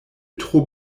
tro